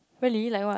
really like what